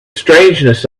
strangeness